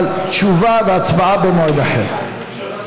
אבל התשובה וההצבעה במועד אחר.